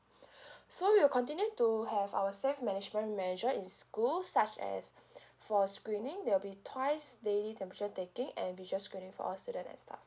so we'll continue to have our safe management measure in school such as for screening there'll be twice daily temperature taking and visual screening for all student and staff